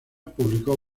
publicó